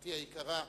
לחברתי היקרה,